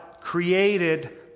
created